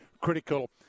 critical